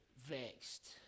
vexed